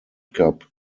cup